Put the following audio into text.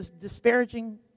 disparaging